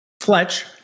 Fletch